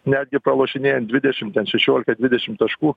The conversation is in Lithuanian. netgi pralošinėjant dvidešimt ten šešiolika dvidešim taškų